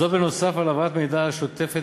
זאת בנוסף על העברת המידע השוטפת